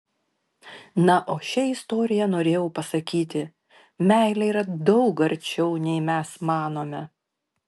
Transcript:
na o šia istorija norėjau pasakyti meilė yra daug arčiau nei mes manome